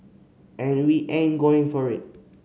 and we ain't going for it